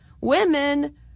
women